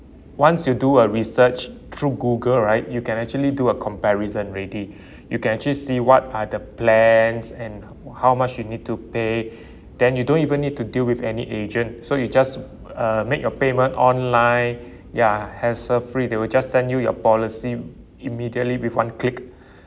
once you do a research through Google right you can actually do a comparison already you can actually see what are the plans and how much you need to pay then you don't even need to deal with any agent so you just uh make your payment online ya hassle free they will just send you your policy immediately with one click